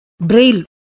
Braille